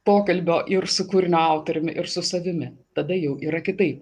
pokalbio ir su kūrinio autoriumi ir su savimi tada jau yra kitaip